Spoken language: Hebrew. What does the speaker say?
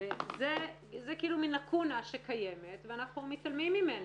זה כאילו מן לאקונה שקיימת ואנחנו מתעלמים ממנה.